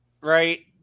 Right